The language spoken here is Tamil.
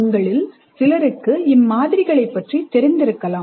உங்களில் சிலருக்கு இம்மாதிரிகளைப்பற்றி தெரிந்திருக்கலாம்